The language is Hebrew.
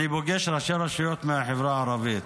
אני פוגש ראשי רשויות מהחברה הערבית,